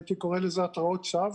הייתי קורא לזה, התרעות שווא.